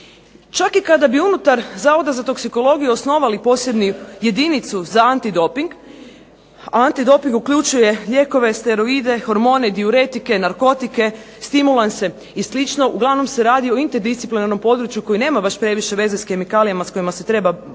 Čak i kada bi unutar Zavoda za toksikologiju osnovali posebnu jedinicu za antidoping, a antidoping uključuje lijekove, steroide, hormone, diuretike, narkotike, stimulanse i slično uglavnom se radi o interdisciplinarnom području koji nema baš previše veze sa kemikalijama s kojima se bavi